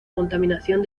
contaminación